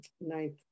ninth